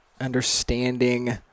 understanding